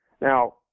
Now